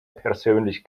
persönlich